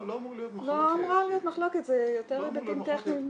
לא אמורה להיות מחלוקת, זה יותר היבטים טכניים.